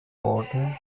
warden